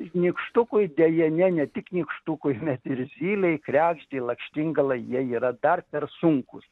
nykštukui deja ne ne tik nykštukui bet ir zylei kregždei lakštingalai jie yra dar per sunkūs